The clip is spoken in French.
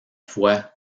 fois